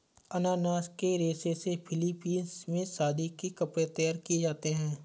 अनानास के रेशे से फिलीपींस में शादी के कपड़े तैयार किए जाते हैं